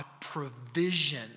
provision